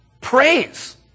Praise